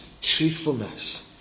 truthfulness